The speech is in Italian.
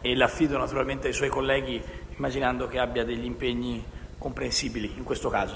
e affido la mia replica ai suoi colleghi immaginando che abbia degli impegni comprensibili in questo caso.